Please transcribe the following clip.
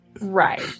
Right